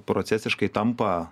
procesiškai tampa